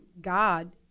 God